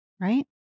right